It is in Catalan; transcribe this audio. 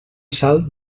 salt